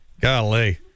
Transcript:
Golly